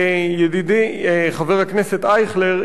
ידידי חבר הכנסת אייכלר,